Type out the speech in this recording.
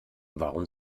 warum